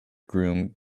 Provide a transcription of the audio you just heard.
groom